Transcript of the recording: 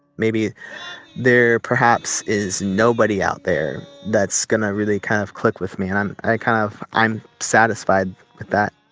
maybe there, perhaps, is nobody out there that's going to really kind of click with me. and i'm i kind of i'm satisfied with that